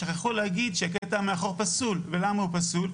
שכחו להגיד שהקטע מאחור פסול ולמה הוא פסול?